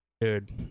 dude